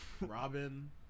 Robin